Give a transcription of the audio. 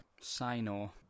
Sino